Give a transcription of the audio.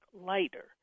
lighter